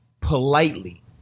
politely